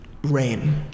Rain